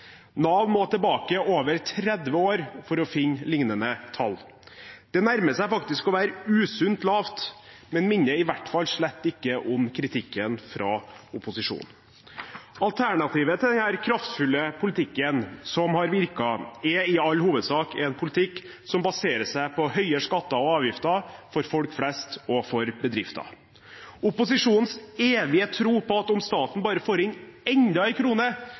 Nav må tilbake over 30 år for å finne lignende tall. Det nærmer seg faktisk å være usunt lavt, men det minner i hvert fall slett ikke om kritikken fra opposisjonen. Alternativet til denne kraftfulle politikken som har virket, er i all hovedsak en politikk som baserer seg på høye skatter og avgifter for folk flest og for bedrifter. Opposisjonens evige tro på at om staten bare får inn enda en krone